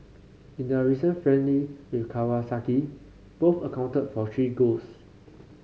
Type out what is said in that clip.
in their recent friendly with Kawasaki both accounted for three goals